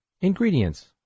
Ingredients